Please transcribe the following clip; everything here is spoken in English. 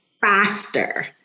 faster